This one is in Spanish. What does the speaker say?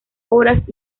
horas